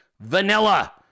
vanilla